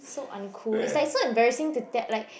so uncool it's like so embarrassing to t~ like